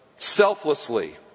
Selflessly